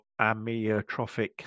amyotrophic